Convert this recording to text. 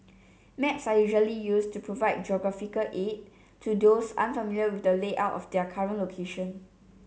maps are usually used to provide geographical aid to those unfamiliar with the layout of their current location